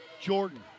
Jordan